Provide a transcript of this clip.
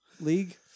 League